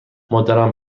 مادرم